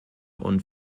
und